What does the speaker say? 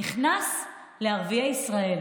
נכנס לערביי ישראל.